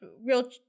real